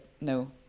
no